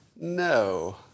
No